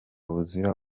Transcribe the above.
buzira